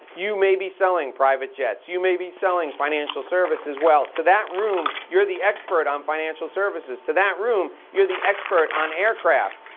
you may be selling private jets, you may be selling financial services. well, to that room, you're the expert on financial services, to that room you're the expert on aircraft.